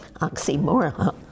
oxymoron